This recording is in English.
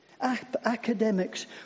Academics